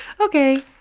Okay